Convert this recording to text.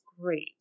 great